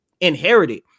inherited